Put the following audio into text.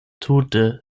tute